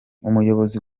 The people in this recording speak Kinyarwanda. umuyobozi